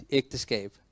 ægteskab